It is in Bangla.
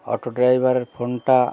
অটো ড্রাইভারের ফোনটা